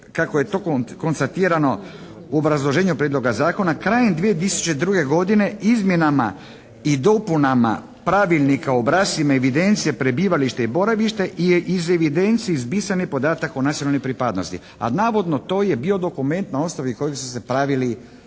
kako je to konstatirano u obrazloženju prijedloga zakona, krajem 2002. godine izmjenama i dopunama pravilnika o obrascima, evidencije prebivalište i boravište je iz evidencije izbrisan podatak o nacionalnoj pripadnosti, a navodno to je bio dokument na osnovi kojeg su se pravili